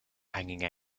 hanging